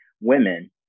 Women